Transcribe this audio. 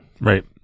Right